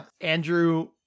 Andrew